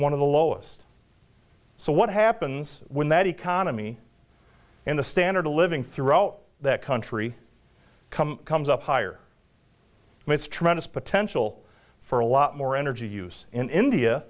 one of the lowest so what happens when that economy and the standard of living throughout that country come comes up higher mistretta potential for a lot more energy use in india